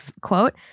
quote